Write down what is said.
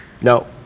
no